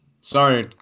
sorry